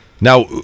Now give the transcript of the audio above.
Now